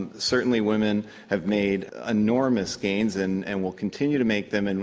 and certainly women have made enormous gains and and will continue to make them, and